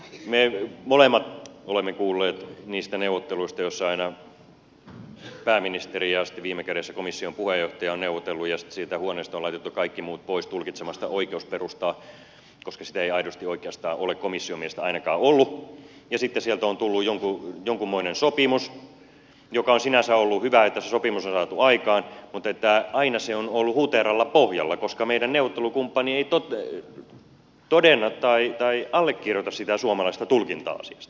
me molemmat olemme kuulleet niistä neuvotteluista joissa aina pääministeriin asti ja viime kädessä komission puheenjohtaja ovat neuvotelleet ja siitä huoneesta on laitettu kaikki muut pois tulkitsemasta oikeusperustaa koska sitä ei aidosti oikeastaan ole komission mielestä ainakaan ollut ja sitten sieltä on tullut jonkunmoinen sopimus ja on sinänsä ollut hyvä että se sopimus on saatu aikaan mutta aina se on ollut huteralla pohjalla koska meidän neuvottelukumppanimme ei todenna tai allekirjoita sitä suomalaista tulkintaa asiasta